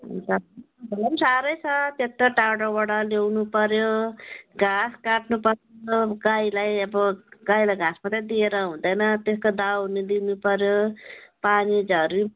हामीलाई नि साह्रै छ त्यत्रो टाढोबाट ल्याउनुपर्यो घाँस काटनुपर्यो गाईलाई अब गाईलाई घाँस मात्रै दिएर हुँदैन त्यसको दाउन दिनुपर्यो पानी झरी